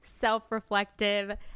self-reflective